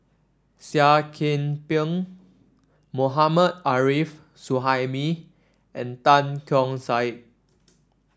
Seah Kian Peng Mohammad Arif Suhaimi and Tan Keong Saik